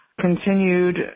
continued